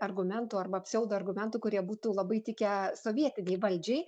argumentų arba pseudo argumentų kurie būtų labai tikę sovietinei valdžiai